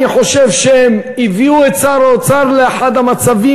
אני חושב שהם הביאו את שר האוצר לאחד המצבים